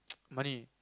money